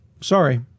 Sorry